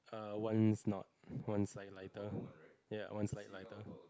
err one's not one side lighter ya one side lighter